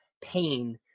pain